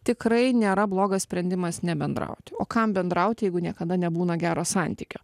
tikrai nėra blogas sprendimas nebendrauti o kam bendrauti jeigu niekada nebūna gero santykio